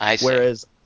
Whereas